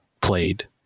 played